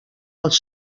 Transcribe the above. els